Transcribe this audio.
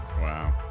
Wow